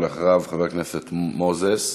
אחריו, חבר הכנסת מוזס,